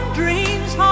dreams